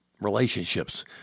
relationships